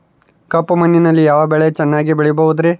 ಕಪ್ಪು ಮಣ್ಣಿನಲ್ಲಿ ಯಾವ ಬೆಳೆ ಚೆನ್ನಾಗಿ ಬೆಳೆಯಬಹುದ್ರಿ?